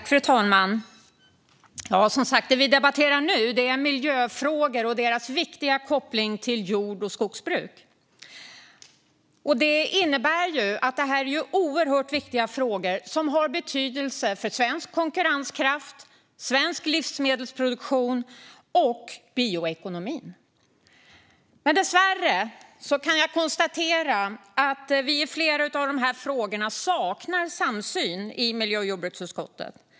Fru talman! Det vi debatterar nu är som sagt miljöfrågor och deras viktiga koppling till jord och skogsbruk. Det är oerhört viktiga frågor som har betydelse för svensk konkurrenskraft, svensk livsmedelsproduktion och bioekonomi. Men dessvärre kan jag konstatera att vi i flera av dessa frågor saknar samsyn i miljö och jordbruksutskottet.